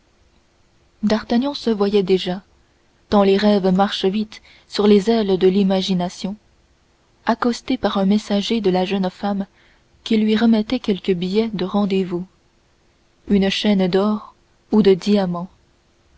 d'artagnan se voyait déjà tant les rêves marchent vite sur les ailes de l'imagination accosté par un messager de la jeune femme qui lui remettait quelque billet de rendez-vous une chaîne d'or ou un diamant